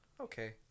Okay